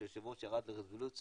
שהיושב ראש ירד לרזולוציות